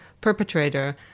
perpetrator